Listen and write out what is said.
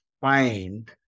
find